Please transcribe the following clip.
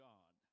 God